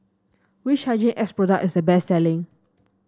which Hygin X product is the best selling